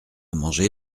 mangé